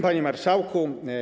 Panie Marszałku!